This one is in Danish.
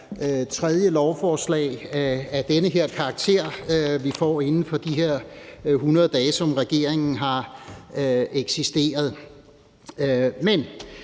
tredje lovforslag af den her karakter, vi får inden for de her 100 dage, som regeringen har eksisteret. Men